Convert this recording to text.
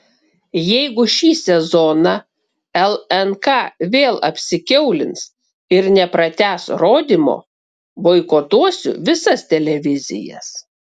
jeigu šį sezoną lnk vėl apsikiaulins ir nepratęs rodymo boikotuosiu visas televizijas